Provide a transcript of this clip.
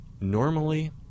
Normally